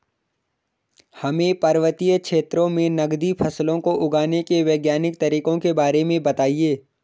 हमें पर्वतीय क्षेत्रों में नगदी फसलों को उगाने के वैज्ञानिक तरीकों के बारे में बताइये?